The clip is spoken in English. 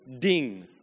ding